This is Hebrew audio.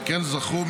וכן זכו,